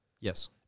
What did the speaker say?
Yes